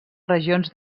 regions